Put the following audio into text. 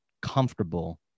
comfortable